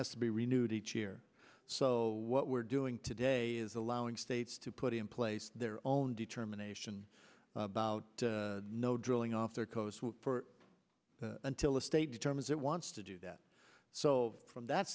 has to be renewed each year so what we're doing today is allowing states to put in place their own determination about no drilling off their coast until the state determines it wants to do that so from that